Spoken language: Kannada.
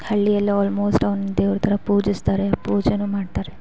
ಹಳ್ಳಿಯಲ್ಲಿ ಆಲ್ಮೋಸ್ಟ್ ಅವ್ನ ದೇವ್ರ ಥರ ಪೂಜಿಸ್ತಾರೆ ಪೂಜೆಯು ಮಾಡ್ತಾರೆ